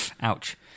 ouch